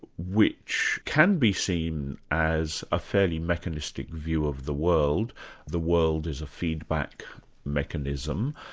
which can be seen as a fairly mechanistic view of the world the world is a feedback mechanism,